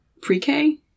pre-K